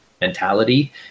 mentality